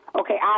okay